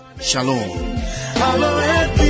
Shalom